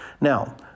Now